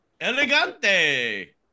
Elegante